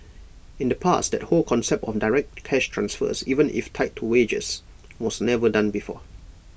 in the past that whole concept of direct cash transfers even if tied to wages was never done before